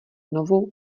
novou